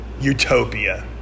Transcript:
utopia